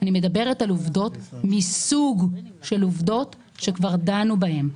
אני מדברת על עובדות מסוג של עובדות שכבר דנו בהם.